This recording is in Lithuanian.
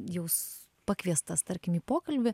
jūs pakviestas tarkim į pokalbį